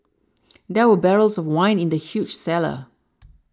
there were barrels of wine in the huge cellar